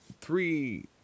three